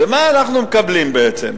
ומה אנחנו מקבלים בעצם?